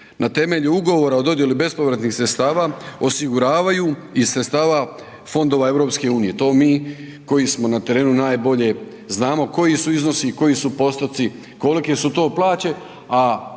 na temelju Ugovora o dodjeli bespovratnih sredstava osiguravaju i sredstava fondova EU. To mi koji smo na terenu najbolje znamo, koji su iznosi, koji su postotci, kolike su to plaće,